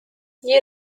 you